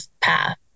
path